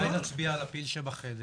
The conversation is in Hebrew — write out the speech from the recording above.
אולי נצביע על הפיל שבחדר,